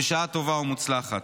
בשעה טובה ומוצלחת.